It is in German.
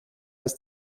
ist